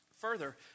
further